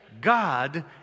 God